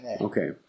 Okay